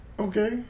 Okay